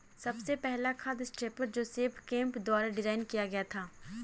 सबसे पहला खाद स्प्रेडर जोसेफ केम्प द्वारा डिजाइन किया गया था